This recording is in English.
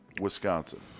Wisconsin